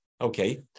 Okay